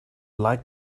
like